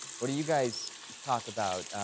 what do you guys talk about,